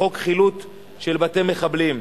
וחוק חילוט בתי מחבלים.